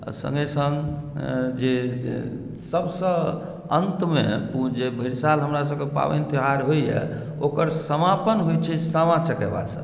आ सङ्गहि सङ्ग जे सभसँ अन्तमे पूजा भरि साल हमरासभके पाबनि तिहार होइए ओकर समापन होइत छै सामा चकेवासँ